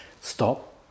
Stop